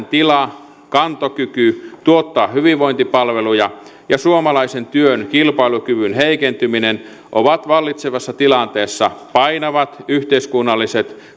tila kantokyky tuottaa hyvinvointipalveluja ja suomalaisen työn kilpailukyvyn heikentyminen ovat vallitsevassa tilanteessa painavat yhteiskunnalliset